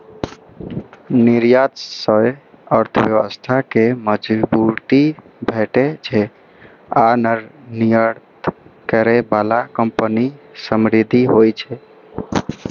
निर्यात सं अर्थव्यवस्था कें मजबूती भेटै छै आ निर्यात करै बला कंपनी समृद्ध होइ छै